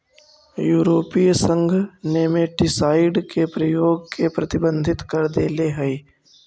यूरोपीय संघ नेमेटीसाइड के प्रयोग के प्रतिबंधित कर देले हई